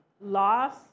loss